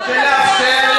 עכשיו.